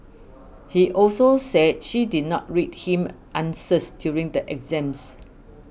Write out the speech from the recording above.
he also said she did not read him answers during the exams